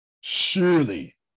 surely